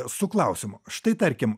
su klausimu štai tarkim